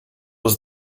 was